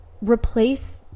Replace